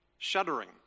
shuddering